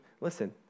Listen